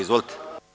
Izvolite.